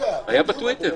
היה בטוויטר.